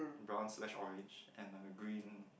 brown slash orange another green